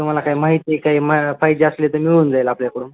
तुम्हाला काही माहिती काही मा पाहिजे असले तर मिळून जाईल आपल्याकडून